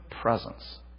presence